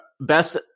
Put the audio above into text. best